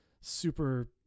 super